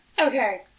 Okay